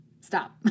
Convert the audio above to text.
Stop